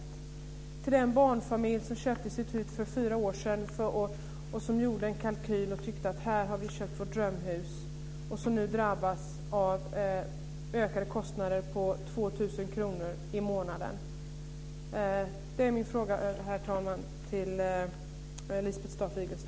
Vad säger hon till den barnfamilj som köpte sitt hus för fyra år sedan? Familjen gjorde en kalkyl, och tyckte att man hade köpt sitt drömhus. Nu drabbas familjen av ökade kostnader med 2 000 kr i månaden. Herr talman! Det är mina frågor till Lisbeth Staaf